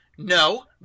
No